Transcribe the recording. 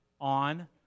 on